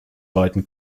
beiden